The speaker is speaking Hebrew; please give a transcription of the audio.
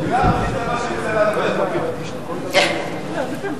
אני מבין שלגבי סעיף 55, אתם